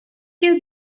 you